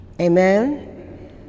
Amen